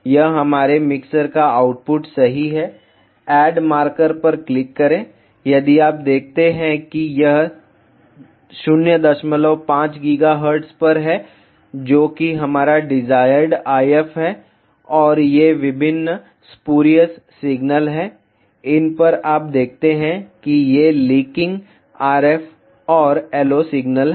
यह हमारे मिक्सर का आउटपुट सही है ऐड मार्कर पर क्लिक करें यदि आप देखते हैं कि यह 05 GHz पर है जो कि हमारा डिजायर्ड IF है और ये विभिन्न स्पुरियस सिग्नल हैं इन पर आप देखते हैं कि ये लिकिंग RF और LO सिग्नल हैं